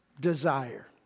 desire